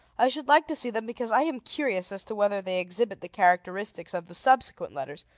i should like to see them because i am curious as to whether they exhibit the characteristics of the subsequent letters,